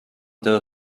doe